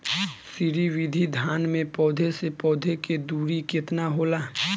श्री विधि धान में पौधे से पौधे के दुरी केतना होला?